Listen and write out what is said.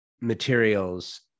materials